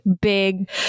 big